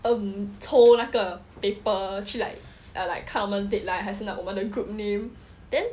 um 抽那个 paper 去 like uh like 看我们的 deadline 还是我们的 group name then